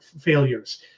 failures